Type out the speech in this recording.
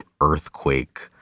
earthquake